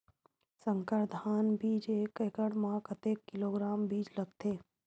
संकर धान बीज एक एकड़ म कतेक किलोग्राम बीज लगथे?